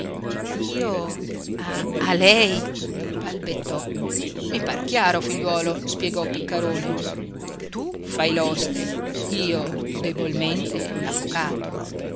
io a a lei balbettò i par chiaro figliuolo spiegò piccarone tu fai l'oste io debolmente